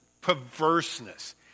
perverseness